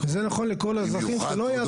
זה נכון לכל האזרחים שלא יעשו --- נכון,